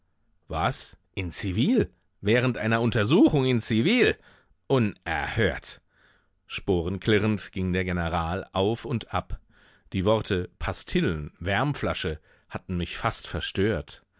was in zivil während einer untersuchung in zivil unerhört sporenklirrend ging der general auf und ab die worte pastillen wärmflasche hatten mich fast verstört